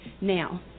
Now